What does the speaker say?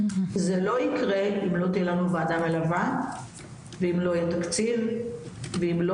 זה לא ייקרא אם לא תהיה לנו וועדה מלווה ואם לא יהיה תקציב ואם לא